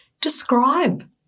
Describe